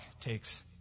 takes